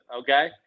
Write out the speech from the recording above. Okay